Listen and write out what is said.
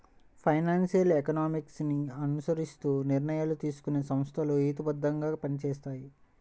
financial economics ని అనుసరిస్తూ నిర్ణయాలు తీసుకునే సంస్థలు హేతుబద్ధంగా పనిచేస్తాయి